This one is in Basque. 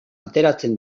ateratzen